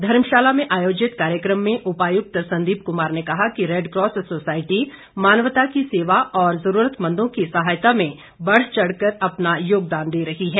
धर्मशाला में आयोजित कार्यक्रम में उपायुक्त संदीप कुमार ने कहा कि रेडक्रॉस सोसायटी मानवता की सेवा और जरूरतमंदों की सहायता में बढ़चढ़ कर अपना योगदान दे रही है